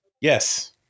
yes